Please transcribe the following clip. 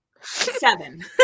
seven